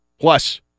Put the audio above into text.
plus